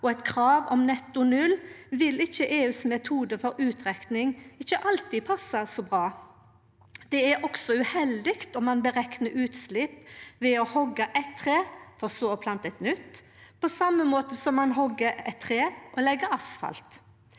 og eit krav om netto null vil ikkje EUs metode for utrekning alltid passe så bra. Det er også uheldig om ein bereknar utslepp ved å hogge eitt tre for så å plante eit nytt, på same måte som når ein hogg eitt tre og legg asfalt.